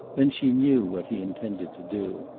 then she knew what he intended to do.